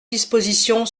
disposition